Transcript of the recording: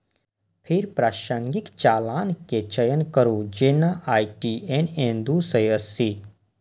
फेर प्रासंगिक चालान के चयन करू, जेना आई.टी.एन.एस दू सय अस्सी